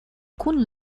kun